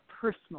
personal